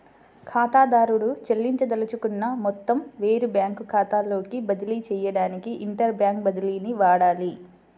ఖాతాదారుడు చెల్లించదలుచుకున్న మొత్తం వేరే బ్యాంకు ఖాతాలోకి బదిలీ చేయడానికి ఇంటర్ బ్యాంక్ బదిలీని వాడాలి